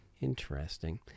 Interesting